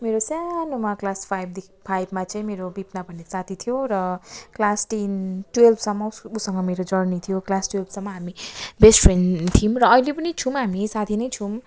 मेरो सानोमा क्लास फाइभदेखि फाइभमा चाहिँ मेरो बिपना भन्ने साथी थियो र क्लास टेन टुवेल्भसम्म ऊ उसँग मेरो जर्नी थियो क्लास टुवेल्भसम्म हामी बेस्ट फ्रेन्ड थियौँ र अहिले पनि छौँ हामी साथी नै छौँ